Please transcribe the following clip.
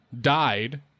died